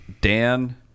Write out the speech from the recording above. Dan